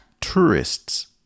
tourists